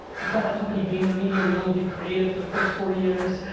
i called my company vaynermedia. we only did creative for the first four years.